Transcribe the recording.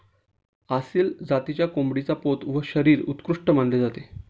आसिल जातीच्या कोंबडीचा पोत व शरीर उत्कृष्ट मानले जाते